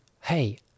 hey